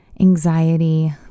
anxiety